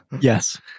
yes